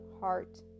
heart